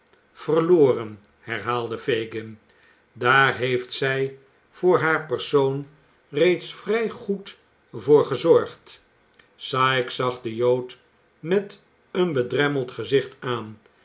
verloren herhaalde fagin daar heeft zij voor haar persoon reeds vrij goed voor gezorgd sikes zag den jood met een bedremmeld gezicht aan